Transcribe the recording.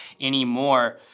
anymore